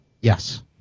Yes